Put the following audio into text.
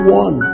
one